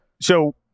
So-